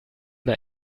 mal